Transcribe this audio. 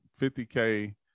50K